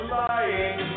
lying